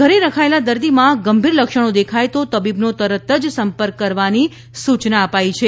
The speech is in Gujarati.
ઘરે રખાયેલા દર્દીમાં ગંભીર લક્ષણો દેખાય તો તબીબનો તરત જ સંપર્ક કરવાની સૂચના અપાઈ છે